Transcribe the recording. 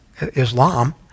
Islam